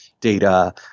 data